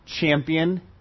champion